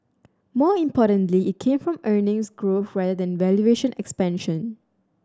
more importantly it came from earnings growth rather than valuation expansion